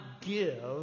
give